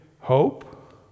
hope